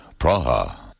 Praha